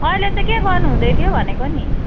अहिले चाहिँ के गर्नु हुँदैथियो भनेको नि